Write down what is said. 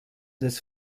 des